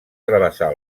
travessar